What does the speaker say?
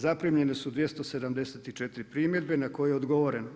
Zaprimljene su 274 primjedbe na koje je odgovoreno.